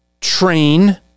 train